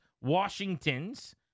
Washington's